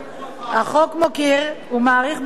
החוק מוקיר ומעריך בפועל,